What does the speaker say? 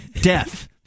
death